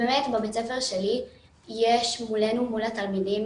הספר שלי יש מולנו, מול התלמידים,